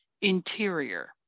interior